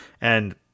and-